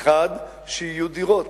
האחד, שיהיו דירות,